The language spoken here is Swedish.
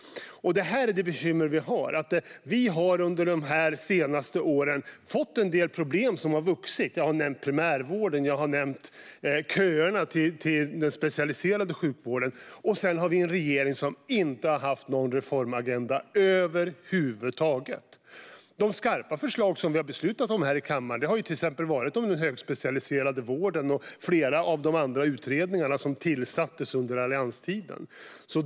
Detta är de bekymmer vi har. Vi har under de senaste åren fått en del problem som har vuxit. Jag har nämnt primärvården och köerna till den specialiserade sjukvården. Och vi har en regering som inte har haft någon reformagenda över huvud taget. De skarpa förslag som vi har beslutat om här i kammaren har till exempel gällt den högspecialiserade vården och flera av de andra utredningar som tillsattes under allianstiden.